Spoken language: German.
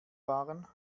waren